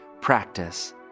practice